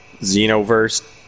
Xenoverse